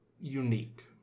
unique